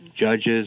Judges